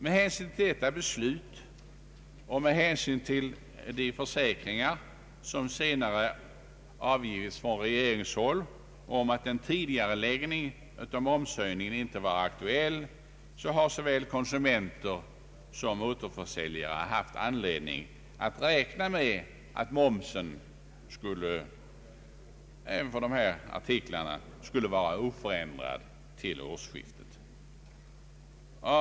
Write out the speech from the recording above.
Med hänsyn till detta beslut och med hänsyn till de försäkringar som senare avgivits från regeringshåll om att en tidigareläggning av momshöjningen inte var aktuell har såväl konsumenter som återförsäljare haft anledning räkna med att momsen skulle vara oförändrad till årsskiftet.